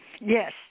Yes